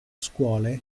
scuole